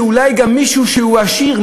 שאולי גם מישהו שהוא עשיר,